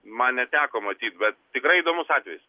man neteko matyt bet tikrai įdomus atvejis